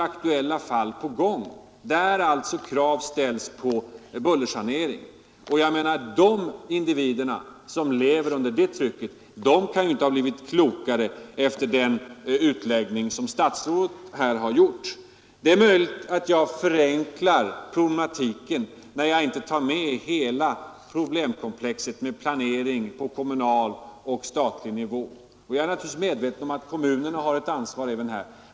Aktuella fall är på gång, där krav ställs på bullersanering. De individer som lever under det trycket kan inte ha blivit klokare efter statsrådets utläggning. Det är möjligt att jag förenklar problematiken när jag inte tar med hela problemkomplexet med planering på kommunal och statlig nivå. Jag är naturligtvis medveten om att kommunen också har ett ansvar här.